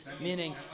Meaning